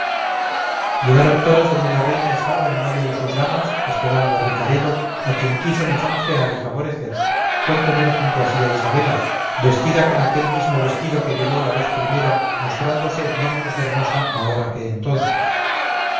llegaron todos donde la reina estaba en medio de sus damas esperando a ricaredo a quien quiso lisonjear y favorecer con tener junto a sí a isabela vestida con aquel mismo vestido que llevó la vez primera mostrándose no menos hermosa ahora que entonces